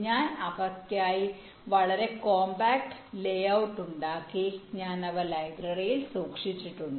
ഞാൻ അവർക്കായി വളരെ കോംപാക്ട് ലേ ഔട്ട് ഉണ്ടാക്കി ഞാൻ അവ ലൈബ്രറിയിൽ സൂക്ഷിച്ചിട്ടുണ്ട്